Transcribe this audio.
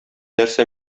нәрсә